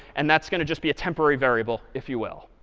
and that's going to just be a temporary variable, if you will.